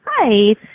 Hi